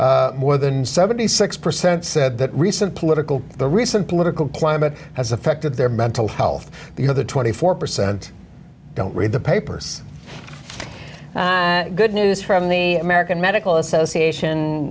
more than seventy six percent said that recent political the recent political climate has affected their mental health you know the twenty four percent don't read the papers good news from the american medical association